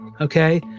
Okay